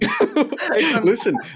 Listen